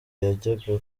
yajyaga